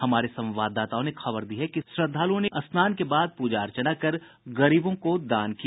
हमारे संवाददाताओं ने खबर दी है कि श्रद्वालुओं ने स्नान के बाद पूजा अर्चना कर गरीबों को दान किया